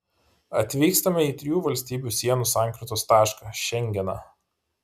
atvykstame į trijų valstybių sienų sankirtos tašką šengeną